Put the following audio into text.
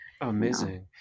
Amazing